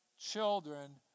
children